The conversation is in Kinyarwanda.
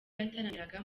yataramiraga